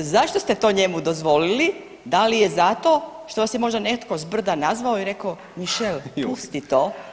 zašto ste to njemu dozvolili, da li je zato što vas je netko s brda nazvao i rekao Mišel, pusti to?